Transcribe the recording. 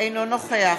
אינו נוכח